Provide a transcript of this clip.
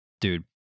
Dude